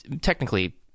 technically